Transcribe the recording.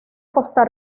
costa